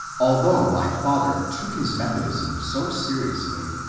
although my father took his methodism so seriously,